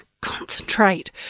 Concentrate